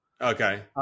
okay